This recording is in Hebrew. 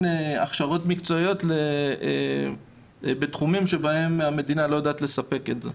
הכשרות מקצועיות בתחומים בהם המדינה לא יודעת לספק את זה.